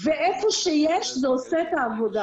איפה שיש זה עושה את העבודה.